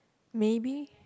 maybe